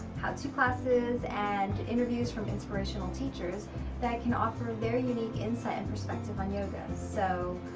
how to classes and interviews from inspirational teachers that can offer their unique insight and perspective on yoga. so,